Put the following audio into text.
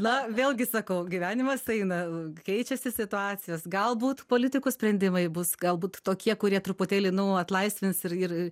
na vėlgi sakau gyvenimas eina keičiasi situacijos galbūt politikų sprendimai bus galbūt tokie kurie truputėlį nu atlaisvins ir ir